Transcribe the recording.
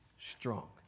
strong